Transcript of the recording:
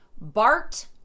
Bart